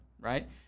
right